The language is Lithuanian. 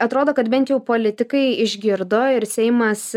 atrodo kad bent jau politikai išgirdo ir seimas